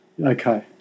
Okay